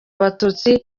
abatutsi